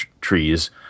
trees